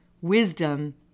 wisdom